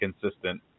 consistent